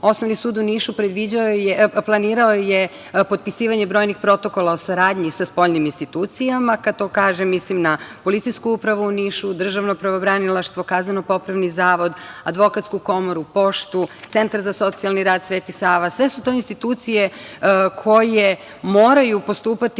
Osnovni sud u Nišu planirao je potpisivanje brojnih protokola o saradnji sa spoljnim institucijama. Kada to kažem mislim na policijsku upravu u Nišu, Državno pravobranilaštvo, Kazneno-popravni zavod, Advokatsku komoru, Poštu, Centar za socijalni rad „Sveti Sava“.Sve su to institucije koje moraju postupati